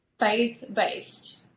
Faith-based